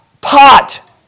pot